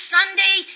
Sunday